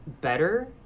better